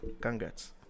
Congrats